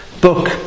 book